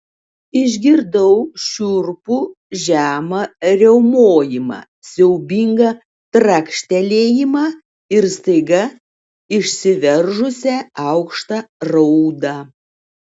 išgirdau šiurpų žemą riaumojimą siaubingą trakštelėjimą ir staiga išsiveržusią aukštą raudą